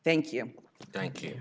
thank you thank you